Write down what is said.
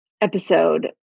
episode